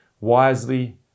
wisely